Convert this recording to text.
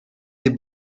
des